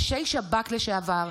ראשי שב"כ לשעבר,